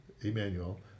Emmanuel